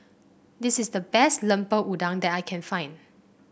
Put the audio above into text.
this is the best Lemper Udang that I can find